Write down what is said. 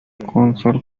council